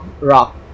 rock